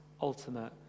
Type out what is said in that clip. ultimate